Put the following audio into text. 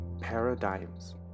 paradigms